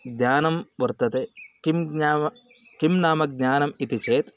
ज्ञानं वर्तते किं ज्ञानं किं नाम ज्ञानम् इति चेत्